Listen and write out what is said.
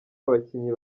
abakinnyi